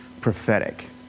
prophetic